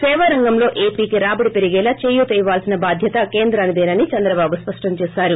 సేవారంగంలో ఏపీకి రాబడి పెరిగేలా చేయూత ఇవ్వాల్సిన బాధ్యత కేంద్రానిదేనని చంద్రబాబు స్పష్టం చేశారు